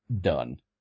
done